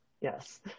yes